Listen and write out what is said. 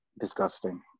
disgusting